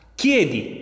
chiedi